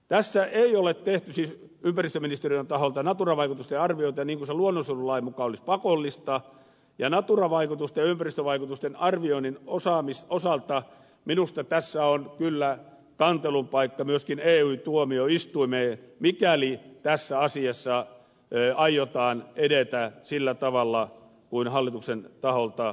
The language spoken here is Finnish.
tässä ei ole tehty siis ympäristöministeriön taholta natura vaikutusten arviointia niin kuin se luonnonsuojelulain mukaan olisi pakollista ja natura vaikutusten ja ympäristövaikutusten arvioinnin osalta minusta tässä on kyllä kantelun paikka myöskin ey tuomioistuimeen mikäli tässä asiassa aiotaan edetä sillä tavalla kuin hallituksen taholta esitetään